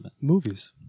movies